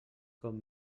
com